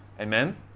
Amen